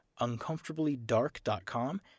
uncomfortablydark.com